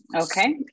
okay